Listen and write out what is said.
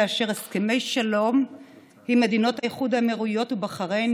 אישור הסכמי שלום עם מדינות איחוד האמירויות ובחריין,